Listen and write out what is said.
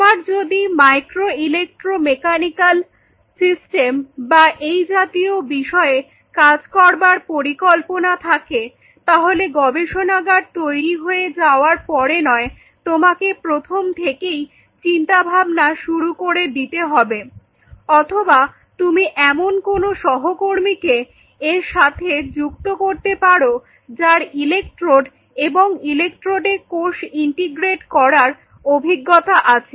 তোমার যদি micro electro mechanical system বা এই জাতীয় বিষয়ে কাজ করবার পরিকল্পনা থাকে তাহলে গবেষণাগার তৈরি হয়ে যাওয়ার পরে নয় তোমাকে প্রথম থেকেই চিন্তাভাবনা শুরু করে দিতে হবে অথবা তুমি এমন কোন সহকর্মীকে এর সাথে যুক্ত করতে পারো যার ইলেকট্রোড এবং ইলেকট্রোডে কোষ ইন্টিগ্রেট করার অভিজ্ঞতা আছে